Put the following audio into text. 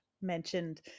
mentioned